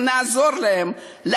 אנחנו